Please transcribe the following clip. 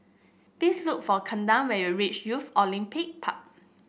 please look for Kaden when you reach Youth Olympic Park